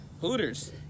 Hooters